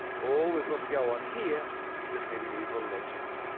all we've got to go on here is a medieval legend.